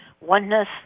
oneness